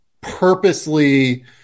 purposely